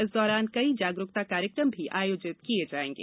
इस दौरान कई जागरूकता कार्यक्रम भी आयोजित किये जायेंगे